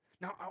Now